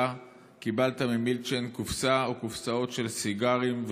קיבלת ממילצ'ן קופסה או קופסאות של סיגרים,